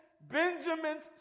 Benjamin's